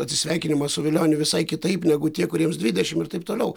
atsisveikinimą su velioniu visai kitaip negu tie kuriems dvidešim ir taip toliau